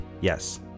Yes